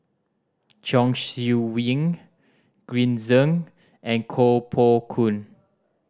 Chong Siew Ying Green Zeng and Koh Poh Koon